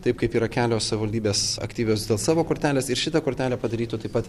taip kaip yra kelios savivaldybės aktyvios dėl savo kortelės ir šitą kortelę padarytų taip pat